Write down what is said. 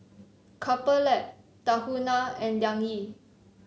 Couple Lab Tahuna and Liang Yi